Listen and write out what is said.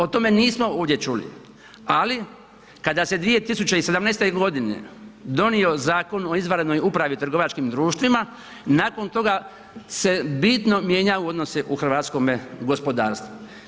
O tome nismo ovdje čuli, ali kada se 2017. godine donio Zakon o izvanrednoj upravi u trgovačkim društvima nakon toga se bitno mijenjaju odnosi u hrvatskome gospodarstvu.